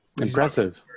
impressive